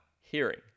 hearing